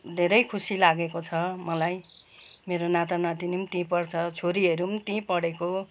धेरै खुसी लागेको छ मलाई मेरो नातानातिनी पनि त्यहीँ पढ्छ छोरीहरू पनि त्यहीँ पढेको